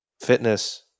fitness